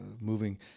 moving